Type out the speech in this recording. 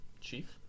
chief